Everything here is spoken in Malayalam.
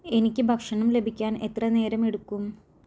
എനിക്ക് ഭക്ഷണം ലഭിക്കാൻ എത്ര നേരം എടുക്കും